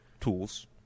Tools